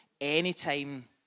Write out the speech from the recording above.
Anytime